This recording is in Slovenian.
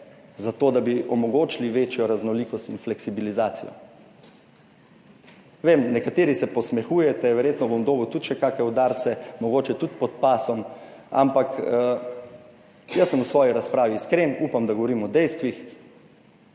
zato, da bi omogočili večjo raznolikost in fleksibilizacijo. Vem, nekateri se posmehujete, verjetno bom dobil tudi še kakšne udarce mogoče tudi pod pasom, ampak jaz sem v svoji razpravi iskren. Upam, da govorim o dejstvih,